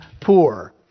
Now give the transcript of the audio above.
poor